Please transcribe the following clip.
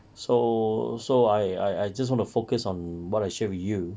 so so I I I just wanna focus on what I share with you